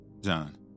John